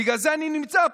בגלל זה אני נמצא פה.